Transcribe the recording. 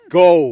go